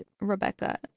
Rebecca